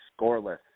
scoreless